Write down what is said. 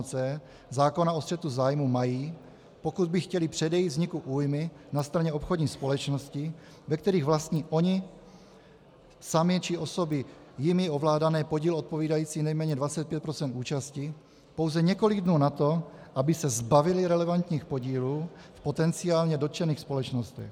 c) zákona o střetu zájmů mají, pokud by chtěli předejít vzniku újmy na straně obchodních společností, ve kterých vlastní oni sami či osoby jimi ovládané podíl odpovídající nejméně 25 % účasti, pouze několik dnů na to, aby se zbavili relevantních podílů v potenciálně dotčených společnostech.